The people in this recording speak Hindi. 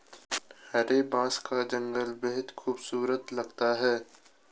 हरे बांस का जंगल बेहद खूबसूरत लगता है